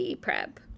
prep